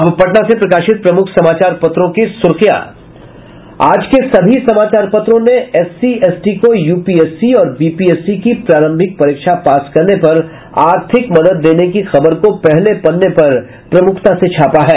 अब पटना से प्रकाशित प्रमुख समाचार पत्रों की सुर्खियां आज के सभी समाचार पत्रों ने एससी एसटी को यूपीएससी और बीपीएससी की प्रारंभिक परीक्षा पास करने पर आर्थिक मदद देने की खबर को पहले पन्ने पर प्रमुखता से छापा है